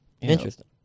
Interesting